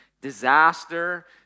disaster